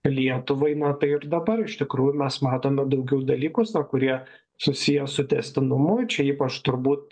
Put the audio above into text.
lietuvai na tai ir dabar iš tikrųjų mes matome daugiau dalykus na kurie susiję su tęstinumu čia ypač turbūt